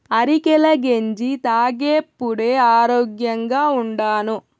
అరికెల గెంజి తాగేప్పుడే ఆరోగ్యంగా ఉండాను